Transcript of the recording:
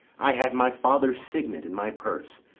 i had my father's signet in my purse,